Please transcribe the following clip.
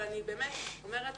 אבל אני באמת אומרת,